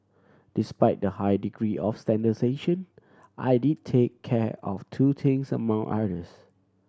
despite the high degree of standardisation I did take care of two things among others